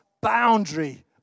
boundary